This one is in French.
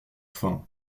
faim